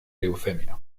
leucemia